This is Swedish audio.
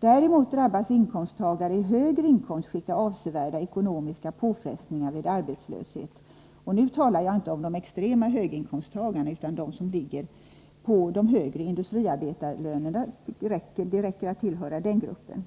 Däremot drabbas inkomsttagare i högre inkomstskikt av avsevärda ekonomiska påfrestningar vid arbetslöshet. Nu talar jag inte om de extrema höginkomsttagarna, utan om dem som har högre industriarbetarlöner. Det räcker att tillhöra den gruppen.